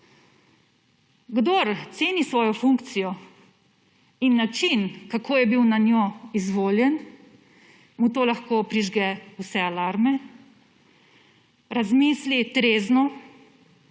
Kdor ceni svojo funkcijo in način, kako je bil na njo izvoljen, mu to lahko prižge vse alarme, razmisli trezno